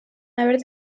haver